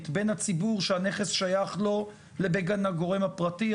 בין הציבור שהנכס שייך לו לבין הגורם הפרטי.